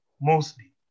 mostly